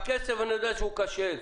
אני יודע שזה קשה,